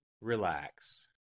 relax